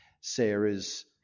Sarah's